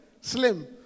Slim